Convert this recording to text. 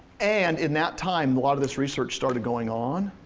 and in that time a lot of this research started going on,